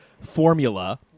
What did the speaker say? formula